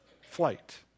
Flight